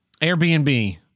airbnb